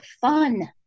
fun